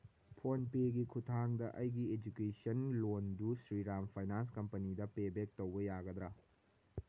phone ꯄꯦꯒꯤ ꯈꯨꯠꯊꯥꯡꯗ ꯑꯩꯒꯤ ꯑꯦꯖꯨꯀꯦꯁꯟ ꯂꯣꯟꯗꯨ ꯁ꯭ꯔꯤꯔꯥꯝ ꯐꯥꯏꯅꯥꯟꯁ ꯀꯝꯄꯅꯤꯗ ꯄꯦꯕꯦꯛ ꯇꯧꯕ ꯌꯥꯒꯗ꯭ꯔꯥ